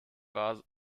war